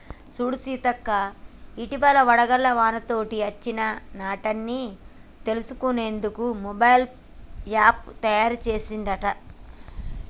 సూడు సీత ఇటివలే వడగళ్ల వానతోటి అచ్చిన నట్టన్ని తెలుసుకునేందుకు మొబైల్ యాప్ను తాయారు సెసిన్ రట